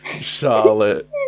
Charlotte